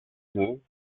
deux